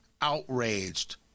outraged